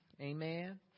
Amen